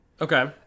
Okay